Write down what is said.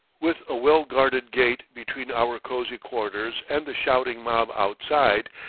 with a well-guarded gate between our cosey quarters and the shouting mob outside,